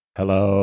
Hello